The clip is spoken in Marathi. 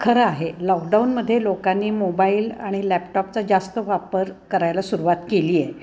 खरं आहे लॉकडाऊनमध्ये लोकांनी मोबाईल आणि लॅपटॉपचा जास्त वापर करायला सुरवात केली आहे